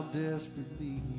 desperately